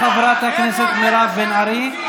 תודה, חברת הכנסת מירב בן ארי.